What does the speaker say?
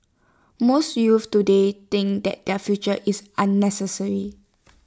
most youths today think that their future is unnecessary